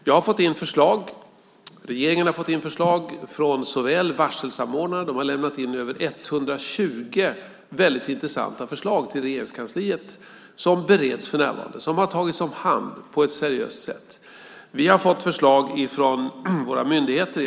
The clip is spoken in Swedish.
Jag och regeringen har fått in förslag. Varselsamordnarna har lämnat in över 120 intressanta förslag till Regeringskansliet. De har tagits om hand på ett seriöst sätt och bereds för närvarande. Vi har fått förslag från våra myndigheter.